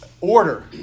order